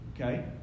Okay